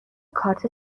کارت